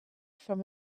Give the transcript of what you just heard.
from